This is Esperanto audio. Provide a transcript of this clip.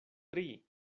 tri